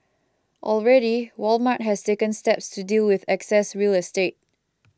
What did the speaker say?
already Walmart has taken steps to deal with excess real estate